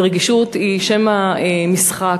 ורגישות היא שם המשחק,